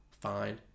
fine